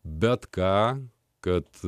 bet ką kad